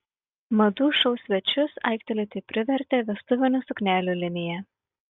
madų šou svečius aiktelėti privertė vestuvinių suknelių linija